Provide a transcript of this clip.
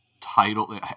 title